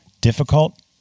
difficult